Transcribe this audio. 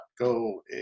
Go